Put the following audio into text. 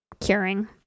curing